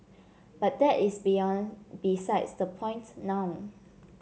but that is beyond besides the point now